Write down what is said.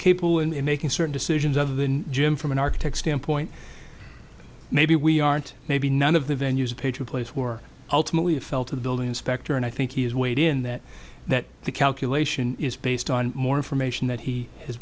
capable in making certain decisions other than jim from an architect standpoint maybe we aren't maybe none of the venues page a place where ultimately it fell to the building inspector and i think he has weighed in that that the calculation is based on more information that he has